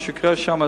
מה שקורה שם.